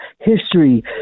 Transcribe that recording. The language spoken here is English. history